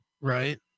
Right